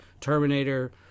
Terminator